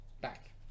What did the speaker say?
Back